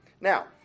Now